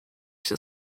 się